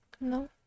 No